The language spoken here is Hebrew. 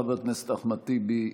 חבר הכנסת אחמד טיבי,